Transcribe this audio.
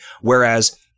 Whereas